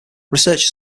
research